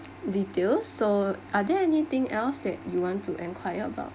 detail so are there anything else that you want to enquire about